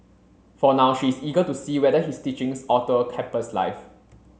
for now she is eager to see whether his teachings alter campus life